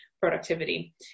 productivity